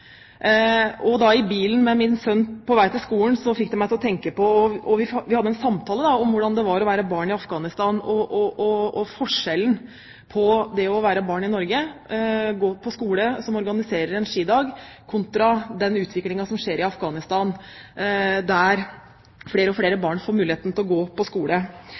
I bilen med min sønn på vei til skolen tenkte jeg på Afghanistan. Vi hadde en samtale om forskjellen på det å være barn i Afghanistan og det å være barn i Norge – få gå på skole, som organiserer en skidag, og den utviklingen som skjer i Afghanistan, der flere og flere barn får muligheten til å gå på skole.